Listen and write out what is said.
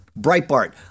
Breitbart